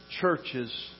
churches